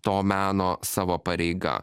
to meno savo pareiga